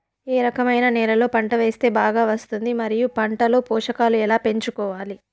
ఏ రకమైన నేలలో పంట వేస్తే బాగా వస్తుంది? మరియు పంట లో పోషకాలు ఎలా పెంచుకోవాలి?